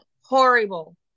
horrible